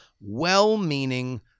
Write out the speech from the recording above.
well-meaning